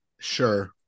Sure